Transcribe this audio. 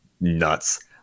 Nuts